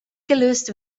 gelöst